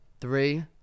Three